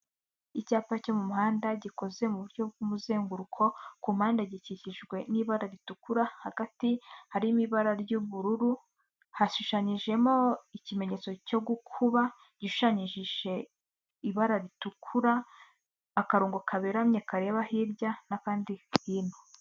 Icyapa cyo mu muhanda gikoze mu buryo bw'umuzenguruko ku mpande gikikijwe n'ibara ritukura hagati harimo ibara ry'ubururu, hashushanyijemo ikimenyetso cyo gukuba gishushanani ibara ritukura akarongo kaberamye kareba hirya n'akandi hino.